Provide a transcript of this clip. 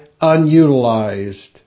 unutilized